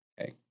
Okay